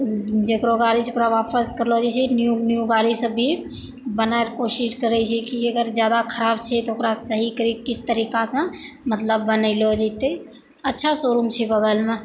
जकरो गाड़ी छै ओकरा वापस करलो जाइ छै न्यू न्यू गाड़ी सभ भी बनाबैके कोशिश करै छियै कि अगर जादा खराब छै तऽ ओकरा सही किस तरीकासँ मतलब बनायलौ जेतै अच्छा शोरूम छै बगल मे